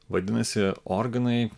vadinasi organai